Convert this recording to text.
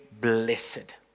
blessed